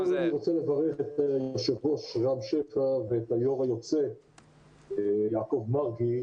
קודם כל אני רוצה לברך את היו"ר רם שפע ואת היו"ר היוצא יעקב מרגי,